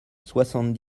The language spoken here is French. soixante